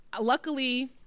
luckily